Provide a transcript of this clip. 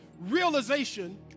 realization